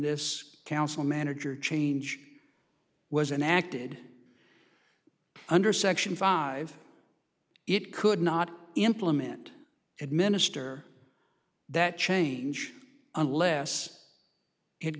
this council manager change was enacted under section five it could not implement administer that change unless